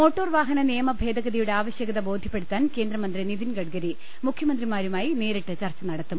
മോട്ടോർവാഹന നിയമ ഭേദഗതിയുടെ ആവശ്യക്ത ബോധ്യപ്പെ ടുത്താൻ കേന്ദ്രമന്ത്രി നിതിൻഗഡ്ഗരി മൂഖ്യമന്ത്രിമാരുമായി നേരിട്ട് ചർച്ച നടത്തും